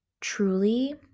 truly